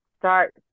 start